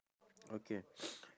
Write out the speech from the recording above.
okay